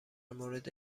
مورد